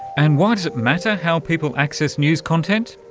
and why does it matter how people access news content?